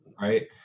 right